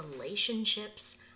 relationships